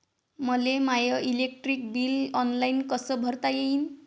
मले my electric bill online कस भरता येईन?